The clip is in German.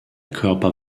körper